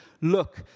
Look